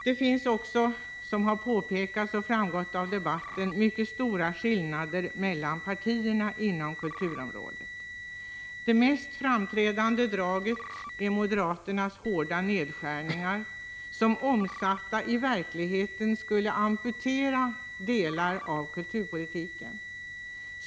Det finns också, som har framgått av debatten, mycket stora skillnader mellan partierna inom kulturområdet. Det mest framträdande draget är moderaternas hårda nedskärningar, som omsatta i verkligheten skulle amputera delar av kulturpolitiken.